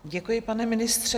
Děkuji, pane ministře.